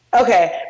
Okay